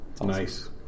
Nice